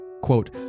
Quote